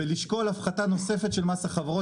ולשקול הפחתה נוספת של מס החברות,